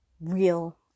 real